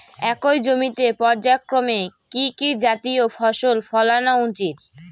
একই জমিতে পর্যায়ক্রমে কি কি জাতীয় ফসল ফলানো উচিৎ?